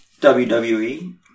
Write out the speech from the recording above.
WWE